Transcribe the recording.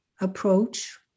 approach